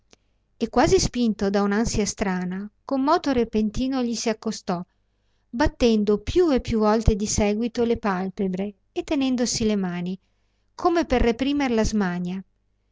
e quasi spinto da un'ansia strana con moto repentino gli s'accostò battendo più e più volte di seguito le palpebre e tenendosi le mani come per reprimer la smania